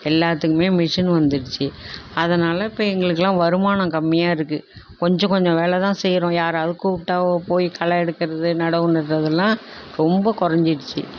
எல்லாத்துக்குமே மிஷின் வந்துருச்சு அதனால் இப்போ எங்களுக்கெலாம் வருமானம் கம்மியாக இருக்குது கொஞ்சம் கொஞ்ச வேலைதான் செய்கிறோம் யாராவது கூப்பிட்டா ஓ போய் களை எடுக்கிறது நடவு நடுறதெல்லாம் ரொம்ப குறைஞ்சிடுச்சி